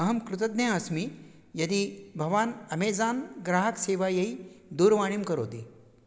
अहं कृतज्ञः अस्मि यदि भवान् अमेज़ान् ग्राहकसेवायै दूरवाणीं करोति